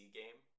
game